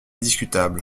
discutable